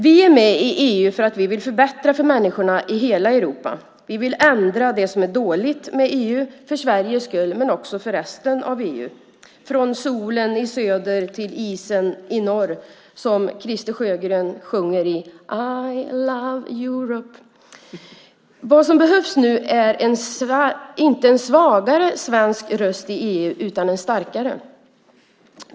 Vi är med i EU för att vill förbättra för människorna i hela Europa. Vi vill ändra det som är dåligt med EU för Sveriges skull men också för resten av EU. Från solen i söder till isen i norr, som Christer Sjögren sjunger i I love Europe . Vad som behövs nu är inte en svagare svensk röst i EU utan en starkare.